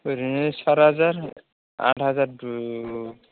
ओरैनो सात हाजार आद हाजार दु